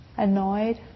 annoyed